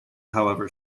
however